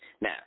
Now